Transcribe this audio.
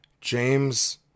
James